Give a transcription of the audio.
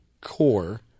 core